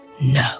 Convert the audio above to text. No